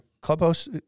Clubhouse